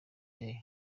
day